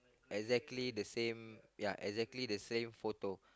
exactly the same ya exactly the same photo